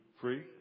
free